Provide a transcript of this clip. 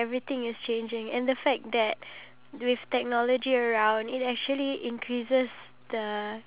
so you feel like you have to have something in common then you can only start a conversation